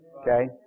Okay